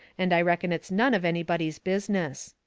and i reckon it's none of anybody's business.